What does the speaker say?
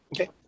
Okay